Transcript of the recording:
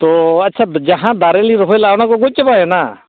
ᱛᱚ ᱟᱪᱪᱷᱟ ᱡᱟᱦᱟᱸ ᱫᱟᱨᱮ ᱞᱤᱧ ᱨᱚᱦᱚᱭ ᱞᱮᱜᱼᱟ ᱚᱱᱟ ᱫᱚ ᱜᱚᱡ ᱪᱟᱵᱟᱭᱮᱱᱟ